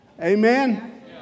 Amen